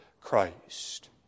Christ